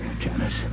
Janice